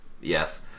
Yes